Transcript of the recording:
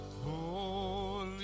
Holy